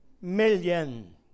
million